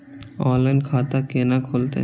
Online खाता केना खुलते?